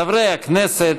חברי הכנסת,